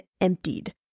emptied